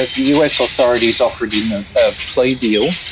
the us authorities offered him a ah plea deal,